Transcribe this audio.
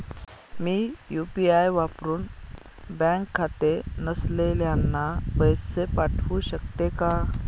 मी UPI वापरुन bank खाते नसलेल्यांना पैसे पाठवू शकते का?